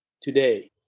today